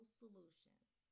solutions